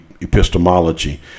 epistemology